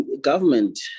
government